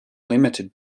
limited